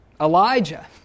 Elijah